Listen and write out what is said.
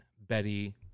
Betty